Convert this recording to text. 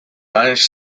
managed